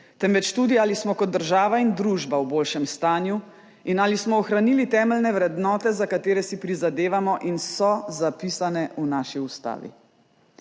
temveč tudi, ali smo kot država in družba v boljšem stanju in ali smo ohranili temeljne vrednote, za katere si prizadevamo in so zapisane v naši ustavi.